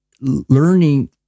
learning